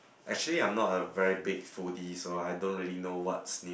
actually I am not a very big foodie so I don't really know what's new